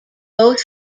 both